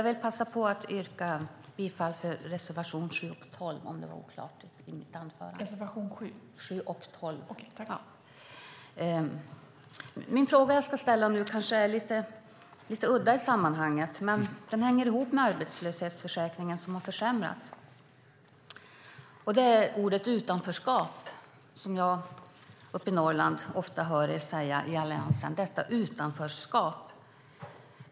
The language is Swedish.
Fru talman! Frågan jag ska ställa nu är kanske lite udda i sammanhanget, men den hänger ihop med arbetslöshetsförsäkringen som har försämrats. Ordet utanförskap hör jag, uppe i Norrland, er i Alliansen använda ofta.